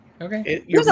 okay